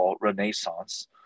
renaissance